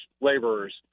Laborers